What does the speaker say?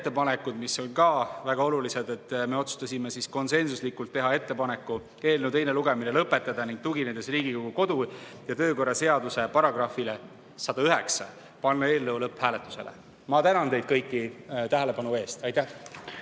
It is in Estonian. mis on ka väga olulised. Me otsustasime konsensuslikult teha ettepaneku eelnõu teine lugemine lõpetada ning tuginedes Riigikogu kodu- ja töökorra seaduse §-le 109 panna eelnõu lõpphääletusele. Ma tänan teid kõiki tähelepanu eest. Aitäh!